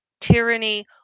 Tyranny